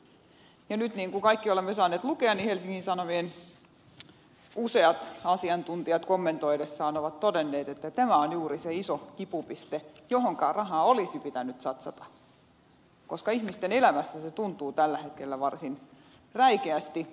nyt niin kuin kaikki olemme saaneet lukea niin helsingin sanomien useat asiantuntijat kommentoidessaan ovat todenneet että tämä on juuri se iso kipupiste johonka rahaa olisi pitänyt satsata koska ihmisten elämässä se tuntuu tällä hetkellä varsin räikeästi